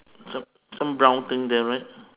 some some brown thing there right